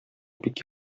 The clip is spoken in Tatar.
бик